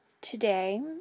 today